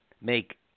make